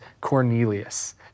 Cornelius